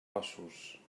ossos